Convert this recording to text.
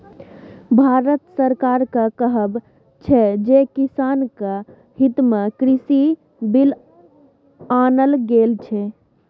भारत सरकारक कहब छै जे किसानक हितमे कृषि बिल आनल गेल छै